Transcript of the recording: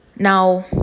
Now